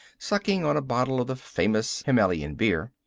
sucking on a bottle of the famous himmelian beer.